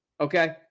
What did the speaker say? Okay